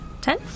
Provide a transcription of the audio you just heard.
Ten